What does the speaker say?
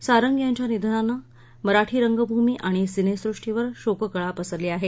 सारंग यांच्या निधनानं मराठी रंगप्रमी आणि सिनेसृष्टीवर शोककळा पसरली आहे